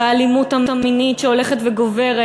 והאלימות המינית שהולכת וגוברת,